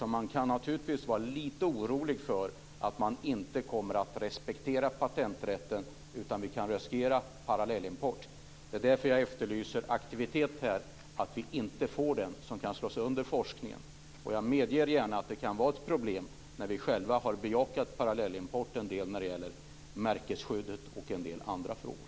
Man kan naturligtvis vara lite orolig för att de inte kommer att respektera patenträtten, utan vi kan riskera parallellimport. Det är därför jag efterlyser aktivitet här, så att vi inte får det, eftersom det kan slå sönder forskningen. Jag medger gärna att det kan vara ett problem när vi själva har bejakat parallellimport när det gäller märkesskyddet och en del andra frågor.